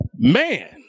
man